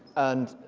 and